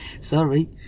sorry